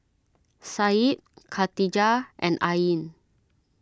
Said Khatijah and Ain